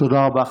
תודה רבה.